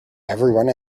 everyone